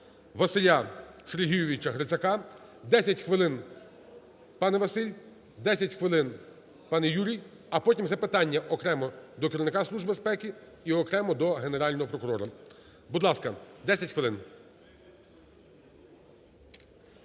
Василя Сергійовича Грицака, 10 хвилин, пане Василь, 10 хвилин, пане Юрій, а потім запитання окремо до керівника Служби безпеки і окремо до Генерального прокурора. Будь ласка, 10 хвилин.